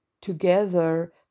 together